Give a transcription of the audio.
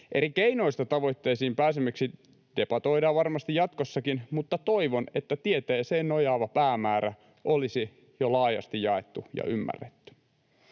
Eri keinoista tavoitteisiin pääsemiseksi debatoidaan varmasti jatkossakin, mutta toivon, että tieteeseen nojaava päämäärä olisi jo laajasti jaettu ja ymmärretty.